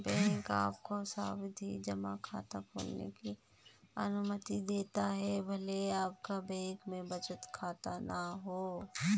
bank आपको सावधि जमा खाता खोलने की अनुमति देते हैं भले आपका बैंक में बचत खाता न हो